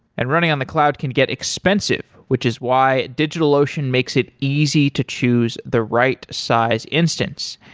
and running on the cloud can get expensive, which is why digitalocean makes it easy to choose the right size instance.